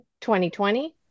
2020